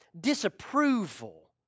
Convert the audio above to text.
disapproval